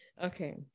okay